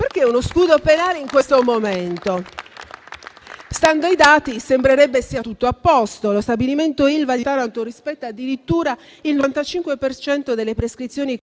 perché uno scudo penale in questo momento? Stando ai dati, sembrerebbe che sia tutto a posto. Lo stabilimento Ilva rispetta addirittura il 95 per cento delle prescrizioni contenute